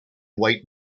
wait